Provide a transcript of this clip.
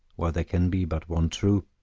while there can be but one true,